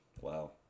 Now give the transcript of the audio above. Wow